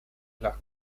las